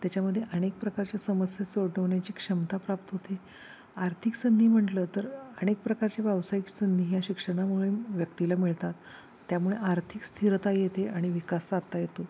त्याच्यामध्ये अनेक प्रकारच्या समस्या सोडवण्याची क्षमता प्राप्त होते आर्थिक संधी म्हटलं तर अनेक प्रकारच्या व्यावसायिक संधी ह्या शिक्षणामुळे व्यक्तीला मिळतात त्यामुळे आर्थिक स्थिरता येते आणि विकास साधता येतो